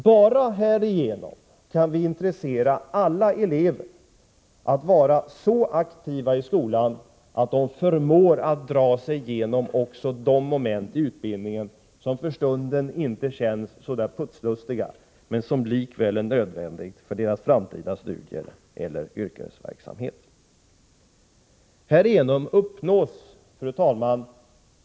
Bara härigenom kan man intressera alla elever att vara så aktiva i skolan att de förmår att dra sig igenom också de moment i utbildningen som för stunden inte känns så där putslustiga men som likväl är nödvändiga för deras framtida studier eller yrkesverksamhet.